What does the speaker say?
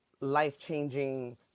life-changing